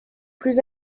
plus